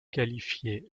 qualifié